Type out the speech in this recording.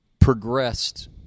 progressed